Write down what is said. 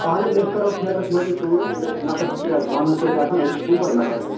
اہن حظ أسۍ کرو ٹھیکَس منٛزٕے کٲم مےٚ چھِ نفر زٕ ترٛےٚ حظ پانَس سۭتۍ آسان أسۍ چھِ ژور نفر حظ